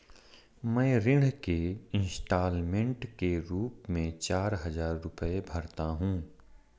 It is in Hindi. मैं ऋण के इन्स्टालमेंट के रूप में चार हजार रुपए भरता हूँ